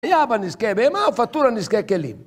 יאבה נזקי בהמה, ופטור על נזקי כלים.